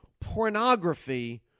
pornography